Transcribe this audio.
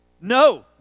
No